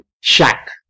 shack